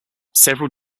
several